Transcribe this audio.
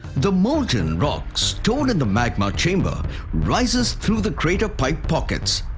the molten rock stored in the magma chamber rises through the crater pipe pockets.